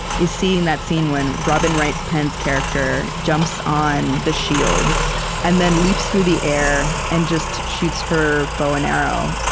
is seeing that scene when robin wright penn's character jumps on the shield and then leaps through the air and just shoots her bow and arrow,